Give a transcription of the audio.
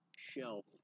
shelf